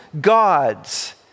gods